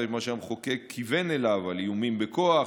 זה מה שהמחוקק כיוון אליו על איומים בכוח,